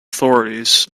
authorities